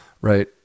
Right